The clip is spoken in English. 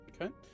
Okay